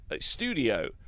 studio